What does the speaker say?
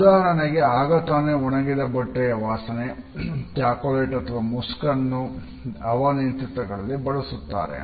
ಉದಾಹರಣೆಗೆ ಆಗ ತಾನೇ ಒಣಗಿದ ಬಟ್ಟೆಯ ವಾಸನೆ ಚಾಕಲೇಟ್ ಅಥವಾ ಮುಸ್ಕ್ ಅನ್ನು ಹವಾನಿಯಂತ್ರಿತ ಯಂತ್ರಗಳಲ್ಲಿ ಬಳಸುತ್ತಾರೆ